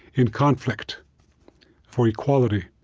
in conflict for equality.